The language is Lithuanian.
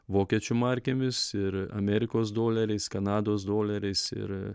vokiečių markėmis ir amerikos doleriais kanados doleriais ir